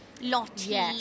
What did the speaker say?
Lottie